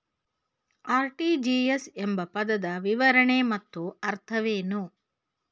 RTGS ಎಂಬ ಪದದ ವಿವರಣೆ ಮತ್ತು ಅರ್ಥವೇನು?